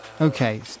Okay